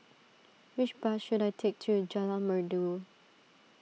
which bus should I take to Jalan Merdu